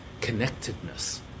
connectedness